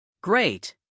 Great